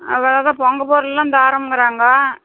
அதில் தான் பொங்க பொருள் எல்லாம் தரோம்ங்கிறாங்கோ